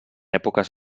èpoques